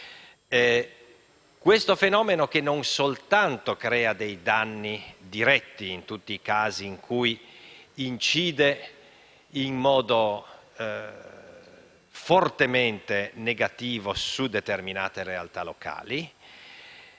questo fenomeno, che crea danni diretti in tutti i casi in cui incide in modo fortemente negativo su determinate realtà locali.